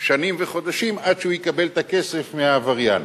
שנים וחודשים עד שהוא יקבל את הכסף מהעבריין,